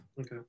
Okay